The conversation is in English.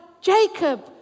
Jacob